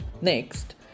Next